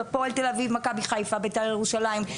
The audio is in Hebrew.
הפועל ת"א, מכבי חיפה, בית"ר ירושלים.